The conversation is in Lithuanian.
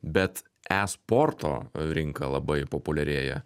bet e sporto rinka labai populiarėja